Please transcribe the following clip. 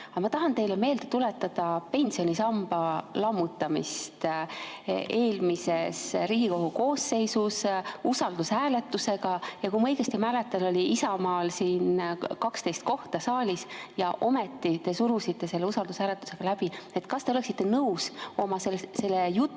ma tahan teile meelde tuletada pensionisamba lammutamist eelmises Riigikogu koosseisus usaldushääletusega. Kui ma õigesti mäletan, siis oli Isamaal siin saalis 12 kohta, ja ometi te surusite selle usaldushääletusega läbi. Kas te oleksite nõus oma jutus,